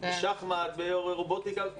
שחמט ורובוטיקה,